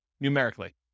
numerically